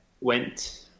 went –